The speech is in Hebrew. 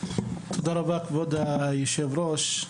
תודה רבה כבוד היושב ראש.